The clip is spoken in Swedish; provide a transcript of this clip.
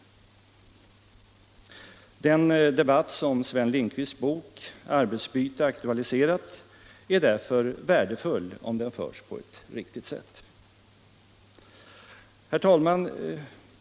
Den debatt som Sven Lindqvists bok Arbetsbyte aktualiserat är därför värdefull om den förs på ett riktigt sätt. Herr talman!